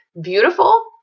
beautiful